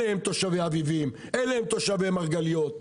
אלה הם תושבי אביבים, אלה הם תושבי מרגליות,